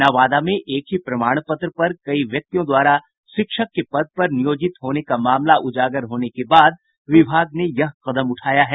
नवादा में एक ही प्रमाण पत्र पर कई व्यक्तियों द्वारा शिक्षक के पद पर नियोजित होने का मामला उजागर होने के बाद विभाग ने यह कदम उठाया है